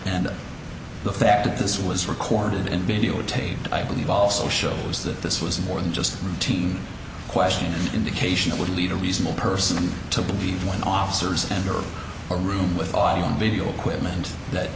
and the fact that this was recorded in video tape i believe also shows that this was more than just routine question an indication that would lead a reasonable person to believe one officers and or a room with audio video equipment that